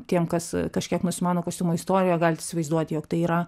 tiem kas kažkiek nusimano kostiumo istorijoje galit įsivaizduoti jog tai yra